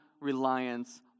reliance